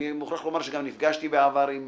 אני מוכרח לומר שנפגשתי בעבר עם